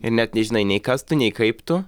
ir net nežinai nei kas tu nei kaip tu